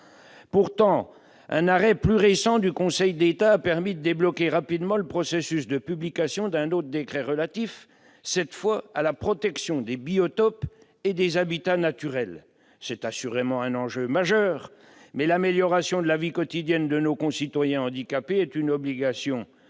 Pourtant, un arrêt plus récent du Conseil d'État a permis de débloquer rapidement le processus de publication d'un autre décret relatif, cette fois, à la protection des biotopes et des habitats naturels. C'est assurément là un enjeu majeur, mais l'amélioration de la vie quotidienne de nos concitoyens handicapés est, à mon